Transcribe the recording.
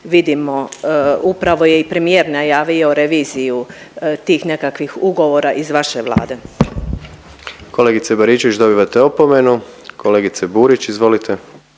vidimo upravo je i premijer najavio reviziju tih nekakvih ugovora iz vaše Vlade. **Jandroković, Gordan (HDZ)** Kolegice Baričević dobivate opomenu. Kolegice Burić izvolite.